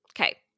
Okay